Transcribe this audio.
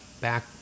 back